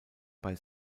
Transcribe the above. bei